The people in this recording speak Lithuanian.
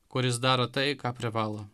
kuris daro tai ką privalo